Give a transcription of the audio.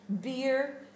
Beer